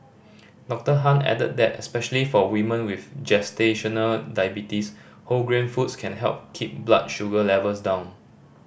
Doctor Han added that especially for women with gestational diabetes whole grain foods can help keep blood sugar levels down